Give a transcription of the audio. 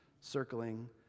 circling